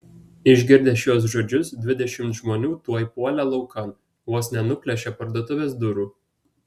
išgirdę šiuos žodžius dvidešimt žmonių tuoj puolė laukan vos nenuplėšė parduotuvės durų